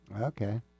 okay